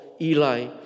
Eli